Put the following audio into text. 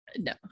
no